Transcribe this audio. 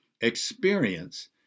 experience